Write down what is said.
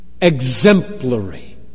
exemplary